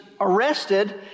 arrested